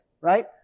right